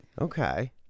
Okay